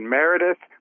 Meredith